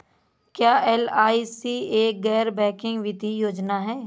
क्या एल.आई.सी एक गैर बैंकिंग वित्तीय योजना है?